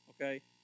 okay